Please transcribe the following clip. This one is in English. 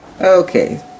Okay